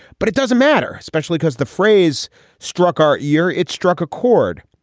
but it doesn't matter, especially because the phrase struck our ear. it struck a chord.